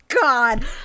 god